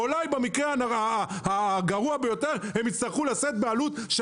אולי במקרה הגרוע ביותר הם יצטרכו לשאת בעלות.